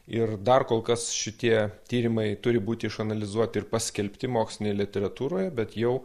ir dar kol kas šitie tyrimai turi būti išanalizuoti ir paskelbti mokslinėj literatūroje bet jau